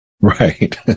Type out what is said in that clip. Right